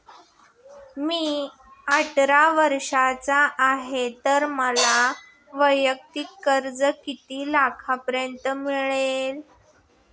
मी अठरा वर्षांचा आहे तर मला वैयक्तिक कर्ज किती लाखांपर्यंत मिळेल?